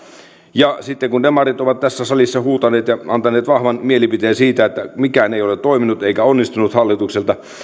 ja sitten kun demarit ovat tässä salissa huutaneet ja antaneet vahvan mielipiteen siitä että mikään ei ole toiminut eikä onnistunut hallitukselta